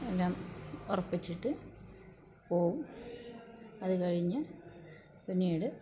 എല്ലാം ഉറപ്പിച്ചിട്ട് പോവും അത് കഴിഞ്ഞു പിന്നീട്